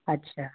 अच्छा